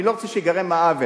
אני לא רוצה שייגרם העוול,